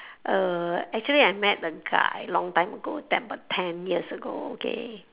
uh actually I met a guy long time ago ten about ten years ago okay